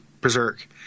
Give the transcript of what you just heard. Berserk